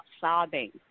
sobbing